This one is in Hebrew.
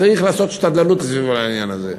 צריך לעשות שתדלנות סביב העניין הזה.